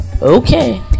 Okay